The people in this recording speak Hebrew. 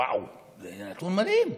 וואו, זה נתון מדהים.